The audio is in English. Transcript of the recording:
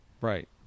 Right